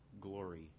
glory